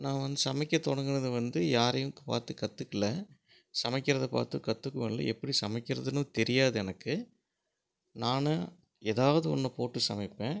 நான் வந்து சமைக்க தொடங்கினது வந்து யாரையும் பார்த்து கற்றுக்குல சமைக்கிறத பார்த்து கற்றுக்கவும் இல்லை எப்படி சமைக்கிறதுன்னும் தெரியாது எனக்கு நானாக எதாவது ஒன்று போட்டு சமைப்பேன்